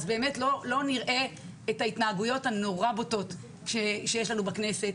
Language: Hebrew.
אז לא נראה את ההתנהגויות הבוטות ביותר ואת השיח שיש לנו בכנסת.